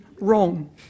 wrong